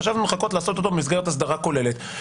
חשבנו לכות לעשות אותו במסגרת הסדרה כוללת.